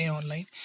online